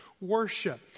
worship